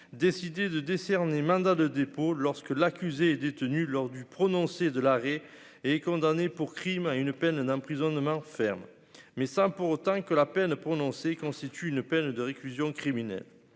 décidé de décerner mandat de dépôt lorsque l'accusé est détenu lors du prononcé de l'arrêt et condamné pour Crime à une peine d'emprisonnement ferme, mais sans pour autant que la peine prononcée, constitue une peine de réclusion criminelle,